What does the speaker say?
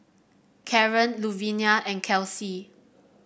Kaaren Luvinia and Kelcie